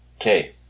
Okay